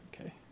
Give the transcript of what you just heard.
okay